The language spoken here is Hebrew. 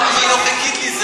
למה לא חיכית לי,